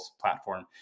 platform